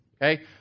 Okay